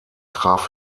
traf